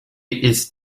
ist